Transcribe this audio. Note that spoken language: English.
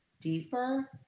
deeper